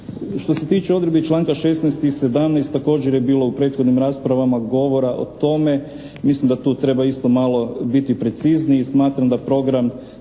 Što se tiče odredbi članka 16. i 17. također je bilo u prethodnim raspravama govora o tome. Mislim da tu treba isto malo biti precizniji, smatram da program